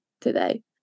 today